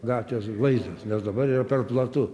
gatvės vaizdas nes dabar yra per platu